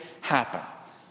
happen